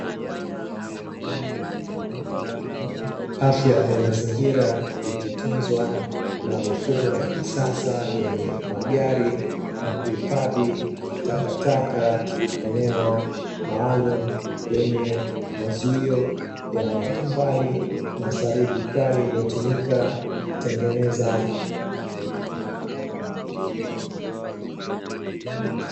Afya ya mazingira ikitunzwa na mifumo ya kisasa; yenye magari na kuhifadhi takataka eneo maalumu; lenye mazuio ya matofali na saruji kali iliyotumika kutengeneza.